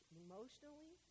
emotionally